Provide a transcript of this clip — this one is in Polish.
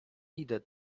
idę